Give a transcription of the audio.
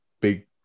big